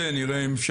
אדוני.